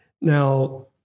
Now